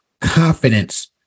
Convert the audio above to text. confidence